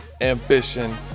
ambition